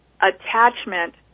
attachment